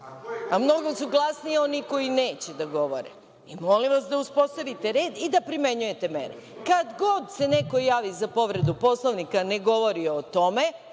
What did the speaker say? a mnogo su glasniji oni koji neće da govore. Molim vas da uspostavite red i da primenjujete mere. Kad god se neko javi za povredu Poslovnika a ne govori o tome,